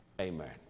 Amen